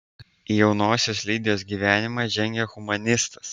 į jaunosios lidijos gyvenimą žengia humanistas